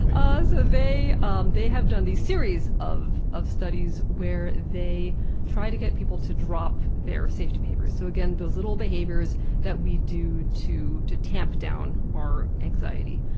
ah so they um they have done this series of of studies where they try to get people to drop their safety behaviors so again, those little behaviors that we do to to tamp down our anxiety.